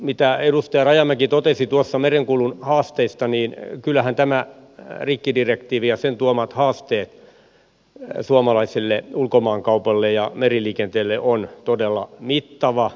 mitä edustaja rajamäki totesi tuossa merenkulun haasteista niin kyllähän tämä rikkidirektiivi ja sen tuomat haasteet suomalaiselle ulkomaankaupalle ja meriliikenteelle ovat todella mittavat